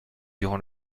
durant